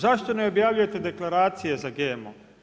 Zašto ne objavljujete deklaracije za GMO?